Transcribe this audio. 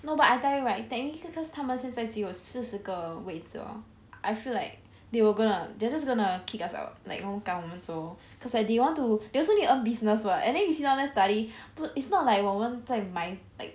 no but I tell you right technically because 他们现在只有四十个位子 hor I feel like they were gonna they're just gonna kick us out like 赶我们走 cause they want to they also need to earn business what and then you sit down there study but it's not like 我们再买 like